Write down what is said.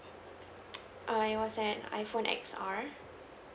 err it was an iphone X_R